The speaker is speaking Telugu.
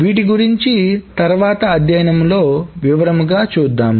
వీటి గురించి తర్వాత అధ్యయనంలో వివరంగా చూద్దాం